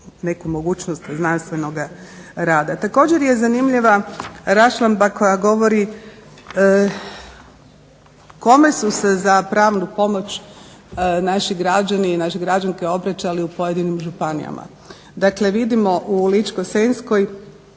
neku mogućnost znanstvenog rada. Također je zanimljiva raščlamba koja govori kome su se za pravnu pomoć naši građani i naše građanke obraćali u pojedinim županijama. Dakle vidimo u Ličko-senjskoj